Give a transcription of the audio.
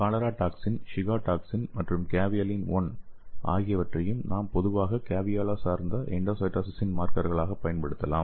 cholera toxin Shiga toxin மற்றும் caveolin 1 ஆகியவற்றையும் நாம் பொதுவாக கேவியோலா சார்ந்த எண்டோசைட்டோசிஸின் மார்க்கர்களாகப் பயன்படுத்தலாம்